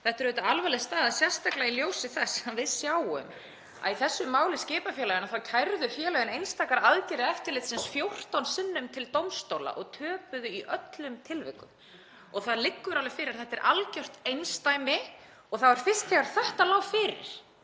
Þetta er alvarleg staða, sérstaklega í ljósi þess að við sjáum að í þessu máli skipafélaganna kærðu félögin einstakar aðgerðir eftirlitsins 14 sinnum til dómstóla og töpuðu í öllum tilvikum. Það liggur alveg fyrir að þetta er algjört einsdæmi og það var fyrst þegar þetta lá fyrir